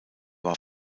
war